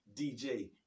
DJ